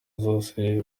zose